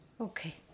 Okay